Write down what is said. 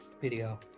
video